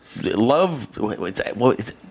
love